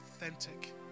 authentic